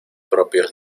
propios